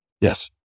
Yes